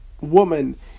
woman